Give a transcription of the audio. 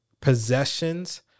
possessions